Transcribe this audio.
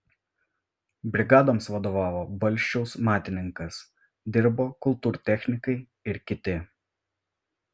brigadoms vadovavo valsčiaus matininkas dirbo kultūrtechnikai ir kiti